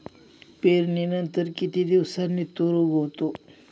पेरणीनंतर किती दिवसांनी तूर उगवतो?